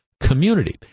community